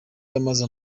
yamaze